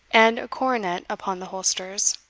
and a coronet upon the holsters,